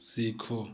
सीखो